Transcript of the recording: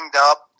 up